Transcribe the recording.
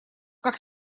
как